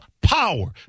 power